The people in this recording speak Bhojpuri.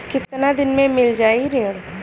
कितना दिन में मील जाई ऋण?